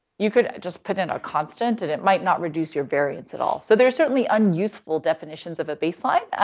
you could just put in a constant and it might not reduce your variance at all. so there's certainly unuseful definitions of a baseline,